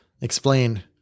explain